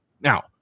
Now